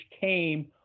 came